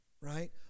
right